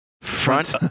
Front